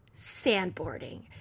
sandboarding